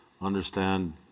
understand